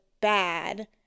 bad